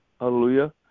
hallelujah